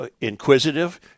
inquisitive